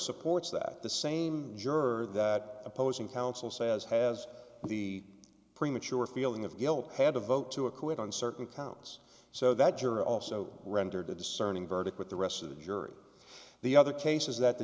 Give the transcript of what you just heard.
supports that the same juror that opposing counsel says has the premature feeling of guilt had a vote to acquit on certain counts so that juror also rendered a discerning verdict with the rest of the jury or the other cases that the